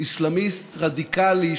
אסלאמיסט רדיקלי,